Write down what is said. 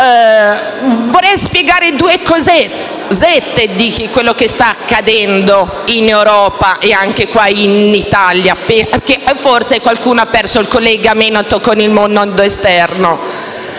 Vorrei spiegare due cosette in merito a quello che sta accadendo in Europa e anche in Italia, perché forse qualcuno ha perso il collegamento con il mondo esterno.